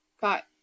got